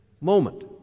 moment